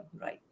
right